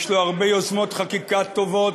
יש לו הרבה יוזמות חקיקה טובות,